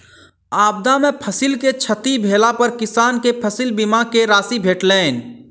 आपदा में फसिल के क्षति भेला पर किसान के फसिल बीमा के राशि भेटलैन